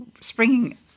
springing